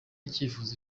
icyifuzo